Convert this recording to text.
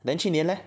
then 去年 leh